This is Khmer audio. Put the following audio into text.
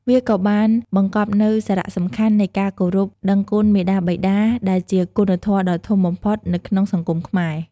វាក៏បានបង្កប់នូវ សារៈសំខាន់នៃការគោរពដឹងគុណមាតាបិតា ដែលជាគុណធម៌ដ៏ធំបំផុតនៅក្នុងសង្គមខ្មែរ។